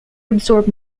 absorbed